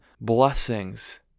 blessings